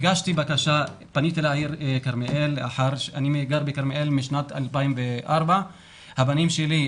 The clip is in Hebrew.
אני גר בכרמיאל משנת 2004. הבנים שלי,